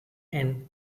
and